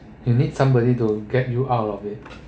you need somebody to get you out of it